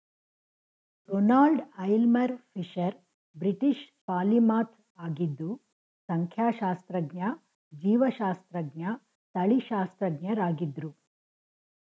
Ronald Aylmer Fisher British polymath ಆಗಿದ್ದು ಸಂಖ್ಯಾಶಾಸ್ತ್ರಜ್ಞ ಜೀವಶಾಸ್ತ್ರಜ್ಞ ತಳಿಶಾಸ್ತ್ರಜ್ಞರಾಗಿದ್ರು